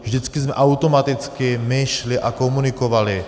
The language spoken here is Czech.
Vždycky jsme automaticky my šli a komunikovali.